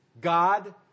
God